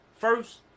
First